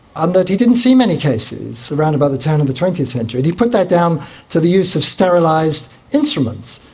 and that he didn't see many cases cases around about the turn of the twentieth century, and he put that down to the use of sterilised instruments,